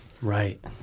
Right